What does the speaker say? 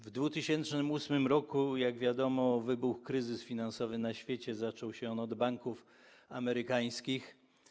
W 2008 r., jak wiadomo, wybuchł kryzys finansowy na świecie, zaczął się on od banków amerykańskich.